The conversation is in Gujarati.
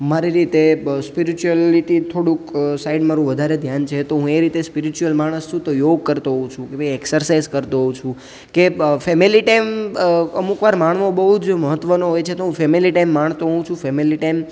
મારી રીતે સ્પિરિચ્યુઆલિટી થોડુંક સાઇડ મારું વધારે ધ્યાન છે તો હું એ રીતે સ્પિરિચ્યુઅલ માણસ છું તો યોગ કરતો હોઉં છું કે ભાઈ એક્સરસાઇજ કરતો હોઉં છું કે ફેમિલી ટાઈમ અમુક વાર માણવો બહુ જ મહત્ત્વનો હોય છે તો ફેમિલી ટાઈમ માણતો હોઉં છું ફેમિલી ટાઈમ